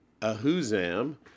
Ahuzam